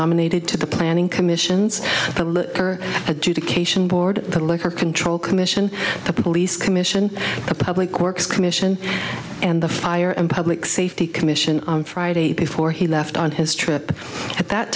nominated to the planning commissions adjudication board the liquor control commission the police commission a public works commission and the fire and public safety commission on friday before he left on his trip at that